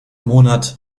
monate